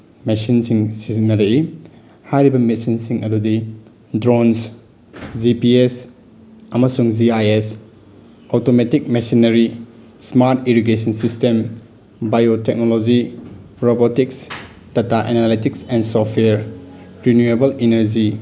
ꯃꯦꯆꯤꯟꯁꯤꯡ ꯁꯤꯖꯤꯟꯅꯔꯛꯏ ꯍꯥꯏꯔꯤꯕ ꯃꯦꯆꯤꯟꯁꯤꯡ ꯑꯗꯨꯗꯤ ꯗ꯭ꯔꯣꯟꯁ ꯖꯤ ꯄꯤ ꯑꯦꯁ ꯑꯃꯁꯨꯡ G I S automatic machinery smart irrigation system bio technology robotics data analytics ꯑꯦꯐ ꯁꯣꯐꯋꯦꯌꯔ ꯔꯤꯅ꯭ꯌꯨꯑꯦꯕꯜ ꯏꯅꯔꯖꯤ